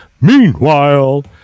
Meanwhile